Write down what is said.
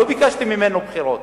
לא ביקשתי ממנו בחירות.